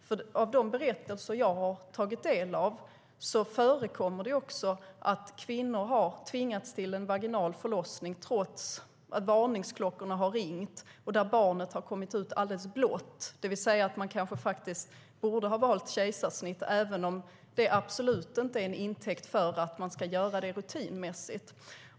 Enligt de berättelser jag har tagit del av förekommer det att kvinnor har tvingats till en vaginal förlossning, trots att varningsklockorna har ringt, och att barnet har kommit ut alldeles blått, det vill säga att man borde ha valt kejsarsnitt även om det absolut inte ska tas till en intäkt för att det ska göras rutinmässigt.